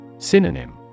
Synonym